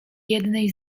jednej